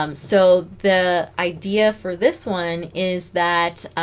um so the idea for this one is that